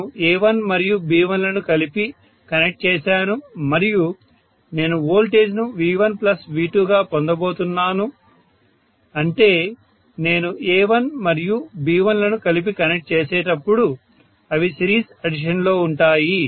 నేను A1 మరియు B1 లను కలిపి కనెక్ట్ చేశాను మరియు నేను వోల్టేజ్ ను V1V2 గా పొందుతున్నాను అంటే నేను A1 మరియు B1 లను కలిపి కనెక్ట్ చేసినప్పుడు అవి సిరీస్ అడిషన్లో ఉంటాయి